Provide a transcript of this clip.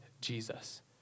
Jesus